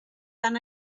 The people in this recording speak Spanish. dan